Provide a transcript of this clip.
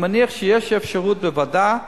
אני מניח שיש אפשרות בוועדה,